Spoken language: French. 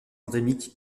endémique